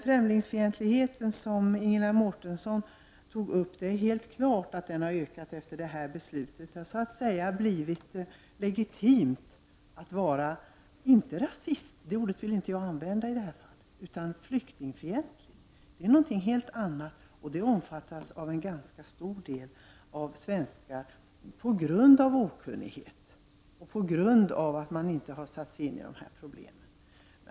Främlingsfientligheten, som Ingela Mårtensson tog upp, har ökat efter det här beslutet. Det har så att säga blivit legitimt, inte att vara rasist — det ordet vill jag inte använda i detta sammanhang — men att vara flykting fientlig, som är någonting helt annat. En ganska stor del av svenskarna är flyktingfientliga på grund av okunnighet eller på grund av att man inte satt sig in i dessa problem.